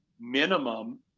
minimum